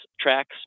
tracks